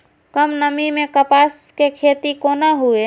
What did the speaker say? कम नमी मैं कपास के खेती कोना हुऐ?